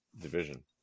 division